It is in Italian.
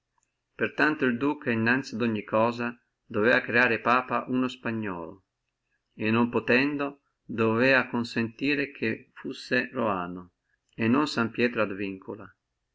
per tanto el duca innanzi ad ogni cosa doveva creare papa uno spagnolo e non potendo doveva consentire che fussi roano e non san piero ad vincula